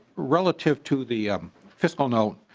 relative to the fiscal note